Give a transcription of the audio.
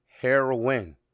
heroin